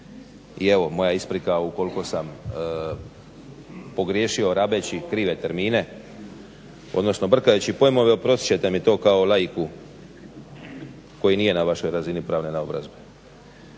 i evo moja isprika ukoliko sam pogriješio rabeći krive termine odnosno brkajući pojmove. Oprostit ćete mi to kao laiku koji nije na vašoj razini pravne naobrazbe.